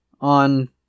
on